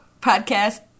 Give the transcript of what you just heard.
Podcast